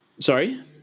Sorry